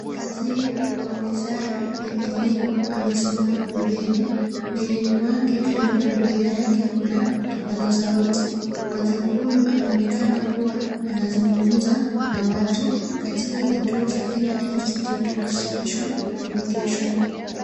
Waziri wa wizara ya elimu amesimama pembeni. Mbeleni mwake karibu na mdomo yake kuna kipaza sauti. Waziri huyu anaonekana kuwa anazungumza na watu katika kituo cha Kenya Institute of Special Education.